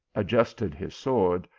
adjusted his sword,